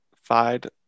Fide